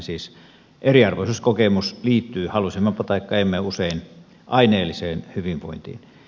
siis eriarvoisuuskokemus liittyy halusimmepa taikka emme usein aineelliseen hyvinvointiin